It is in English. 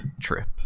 trip